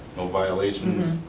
no violations,